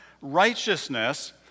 righteousness